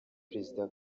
perezida